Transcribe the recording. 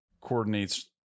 coordinates